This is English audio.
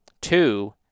two